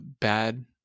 bad